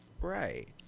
Right